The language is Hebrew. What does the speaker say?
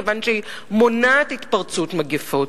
כי היא מונעת התפרצות מגפות,